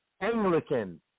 Anglican